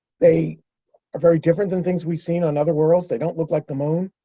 they are very different than things we've seen on other worlds. they don't look like the moon.